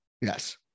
yes